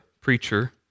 preacher